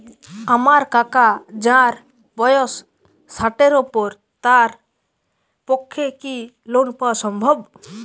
আমার কাকা যাঁর বয়স ষাটের উপর তাঁর পক্ষে কি লোন পাওয়া সম্ভব?